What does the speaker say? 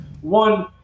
one